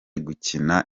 gukina